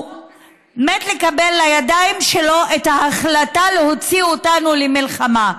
הוא מת לקבל לידיים שלו את ההחלטה להוציא אותנו למלחמה,